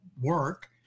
Work